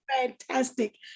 fantastic